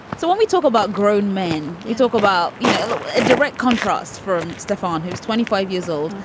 so when we talk about grown men you talk about you know a direct contrast for stephane who's twenty five years old.